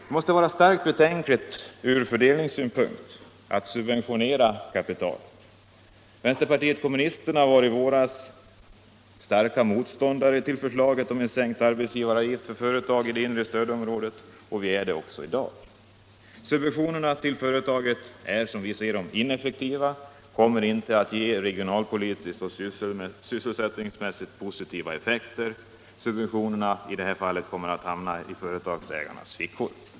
Det måste vara starkt betänkligt ur fördelningssynpunkt att subventionera kapitalet. Vi inom vänsterpartiet kommunisterna var i våras starka motståndare till förslaget om en sänkt arbetsgivaravgift för företag inom det inre stödområdet, och vi är det också i dag. Subventionerna till företagen är, som vi ser dem, ineffektiva och kommer inte att ge regionalpolitiskt och sysselsättningsmässigt positiva effekter. Subventionerna i det här fallet kommer att hamna i företagsägarnas fickor.